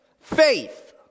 faith